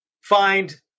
find